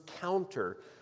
counter